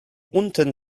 unten